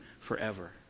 forever